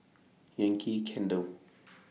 Yankee Candle